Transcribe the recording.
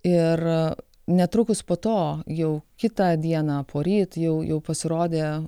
ir netrukus po to jau kitą dieną poryt jau jau pasirodė